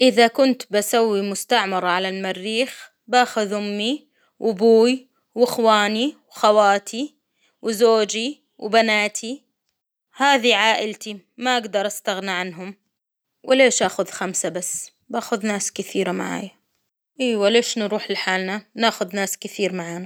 إذا كنت بسوي مستعمرة على المريخ، باخذ أمي وأبوي وإخواني وخواتي وزوجي وبناتي هذي عائلتي، ما أجدر أستغنى عنهم وليش آخذ خمسة بس؟ باخذ ناس كثيرة معاي، أيوه ليش نروح لحالنا؟ ناخد ناس كثير معانا.